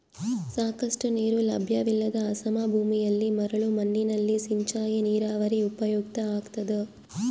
ಸಾಕಷ್ಟು ನೀರು ಲಭ್ಯವಿಲ್ಲದ ಅಸಮ ಭೂಮಿಯಲ್ಲಿ ಮರಳು ಮಣ್ಣಿನಲ್ಲಿ ಸಿಂಚಾಯಿ ನೀರಾವರಿ ಉಪಯುಕ್ತ ಆಗ್ತದ